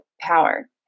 power